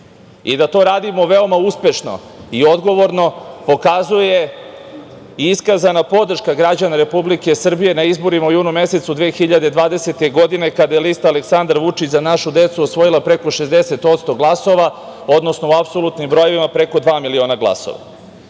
i da to radimo veoma uspešno i odgovorno, pokazuje i iskazana podrška građana Republike Srbije na izborima u junu mesecu 2020. godine, kada je lista Aleksandar Vučić – Za našu decu, osvojila preko 60% glasova, odnosno u apsolutnim brojevima preko 2 miliona glasova. Ta